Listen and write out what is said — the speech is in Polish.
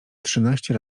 trzynaście